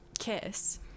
kiss